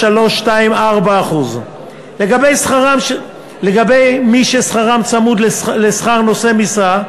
0.9324%. לגבי מי ששכרם צמוד לשכר נושא משרה,